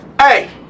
hey